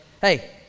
hey